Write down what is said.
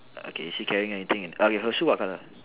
okay is she carrying anything in err okay her shoe what colour